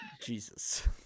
jesus